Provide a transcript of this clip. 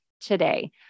today